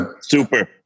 super